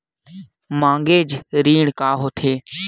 Mortgage ऋण का होथे?